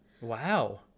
Wow